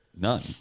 None